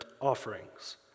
offerings